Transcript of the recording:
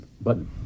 button